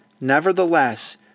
Nevertheless